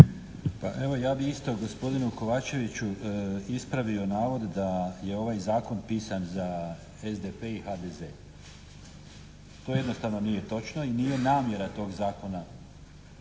Pa evo, ja bih isto gospodinu Kovačeviću ispravio navod da je ovaj zakon pisan za SDP i HDZ. To jednostavno nije točno i nije namjera tog zakona